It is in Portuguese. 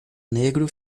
negro